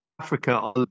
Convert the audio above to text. Africa